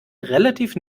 relativ